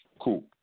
Cool